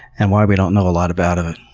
and why we don't know a lot about it.